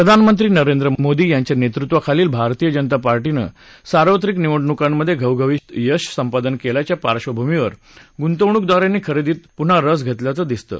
प्रधानमंत्री नरेंद्र मोदी यांच्या नेतृत्वाखाली भारतीय जनता पार्टीनं सार्वत्रिक निवडणुकांमधे घवघवीत यश संपादन केल्याच्या पार्डभूसीवर गुंतवणूकदारांनी खरेदीत पुन्हा रस घेतल्याचं दिसतं